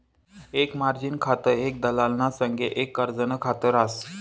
एक मार्जिन खातं एक दलालना संगे एक कर्जनं खात रास